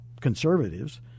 conservatives